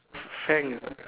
Faang is what